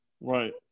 Right